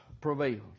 prevailed